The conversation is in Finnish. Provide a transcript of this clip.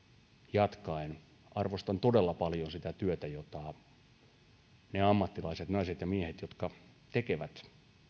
jatkaen arvostan todella paljon sitä työtä jota ne ammattilaiset naiset ja miehet tekevät